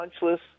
punchless